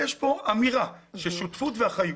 בנגישות להאסי יש אמירה של שותפות ואחריות.